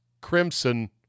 crimson